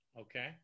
okay